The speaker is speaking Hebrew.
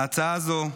ההצעה הזו חשובה.